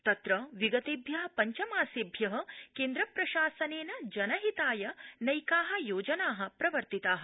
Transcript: तत्र विगतेभ्य पञ्चमासेभ्य केन्द्रप्रशासनेन जनहिताय नैका योजना प्रवर्तिता